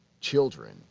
children